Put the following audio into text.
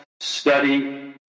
study